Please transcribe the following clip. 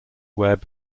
web